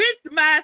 Christmas